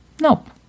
Nope